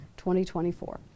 2024